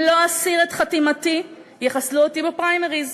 לא אסיר את חתימתי יחסלו אותי בפריימריז.